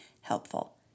helpful